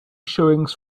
showings